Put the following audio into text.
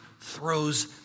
throws